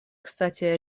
кстати